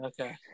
Okay